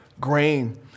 grain